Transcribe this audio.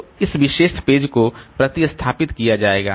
तो इस विशेष पेज को प्रतिस्थापित किया जाएगा